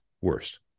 worst